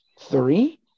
three